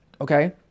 Okay